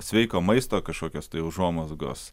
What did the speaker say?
sveiko maisto kažkokios tai užuomazgos